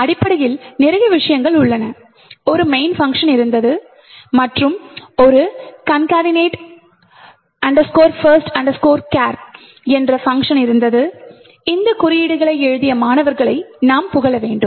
அடிப்படையில் நிறைய விஷயங்கள் உள்ளன ஒரு main பங்க்ஷன் இருந்தது மற்றும் ஒரு concatenate first chars பங்க்ஷன் இருந்தது இந்த குறியீடுகளை எழுதிய மாணவர்களை நாம் புகழ வேண்டும்